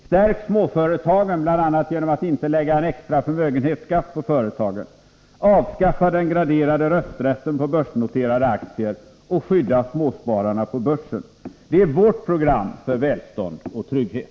Stärk småföretagen, bl.a. genom att inte lägga en extra förmögenhetsskatt på företagen. Avskaffa den graderade rösträtten på börsnoterade aktier. Skydda småspararna på börsen. Det är vårt program för välstånd och trygghet.